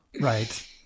Right